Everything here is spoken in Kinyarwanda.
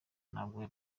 ntabwo